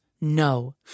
No